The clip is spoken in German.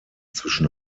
zwischen